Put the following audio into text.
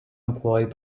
employed